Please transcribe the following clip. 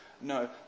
No